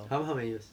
how how many years